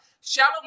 Shallow